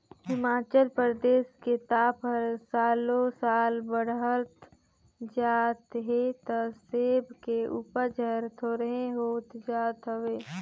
हिमाचल परदेस के ताप हर सालो साल बड़हत जात हे त सेब के उपज हर थोंरेह होत जात हवे